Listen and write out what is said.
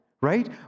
right